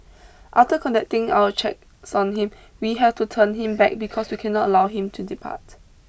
after conducting our checks on him we have to turn him back because we cannot allow him to depart